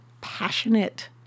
passionate